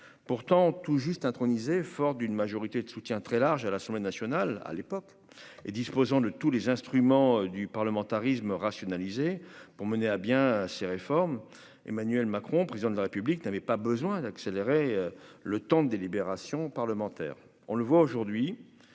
pourtant tout juste intronisé, fort d'une majorité de soutien très large, à l'Assemblée nationale à l'époque et disposant de tous les instruments du parlementarisme rationalisé pour mener à bien ses réformes, Emmanuel Macron, président de la République n'avait pas besoin d'accélérer le temps de délibération parlementaire, on le voit aujourd'hui